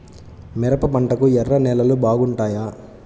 మిరప పంటకు ఎర్ర నేలలు బాగుంటాయా?